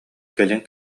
кэлин